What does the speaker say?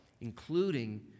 including